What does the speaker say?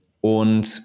Und